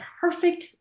perfect